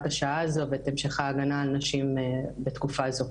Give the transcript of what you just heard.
השעה הזו ואת המשך ההגנה על נשים בתקופה זו.